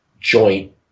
joint